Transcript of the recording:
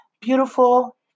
beautiful